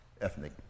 ethnic